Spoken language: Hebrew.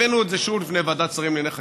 הבאנו את זה שוב לפני ועדת שרים לענייני חקיקה,